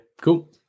cool